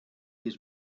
his